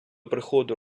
приходу